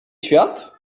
świat